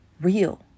real